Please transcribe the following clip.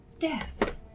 Death